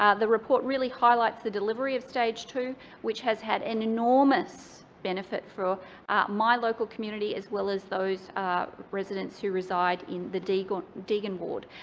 ah the report really highlights the delivery of stage two which has had an enormous benefit for my local community as well as those residents who reside in the deagon deagon ward.